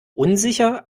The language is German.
unsicher